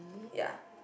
ya